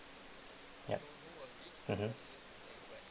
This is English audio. yup mmhmm